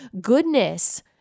goodness